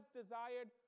desired